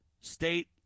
state